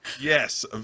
yes